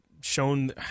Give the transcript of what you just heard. shown